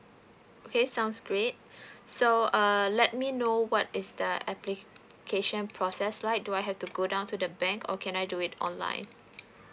okay sounds great so err let me know what is the application process like do I have to go down to the bank or can I do it online